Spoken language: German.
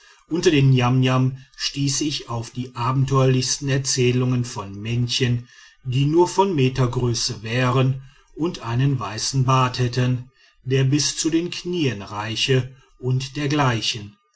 unter den niamniam stieß ich auf die abenteuerlichsten erzählungen von männchen die nur von metergröße wären und einen weißen bart hätten der bis zu den knien reiche und dergleichen